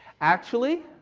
actually,